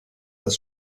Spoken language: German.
das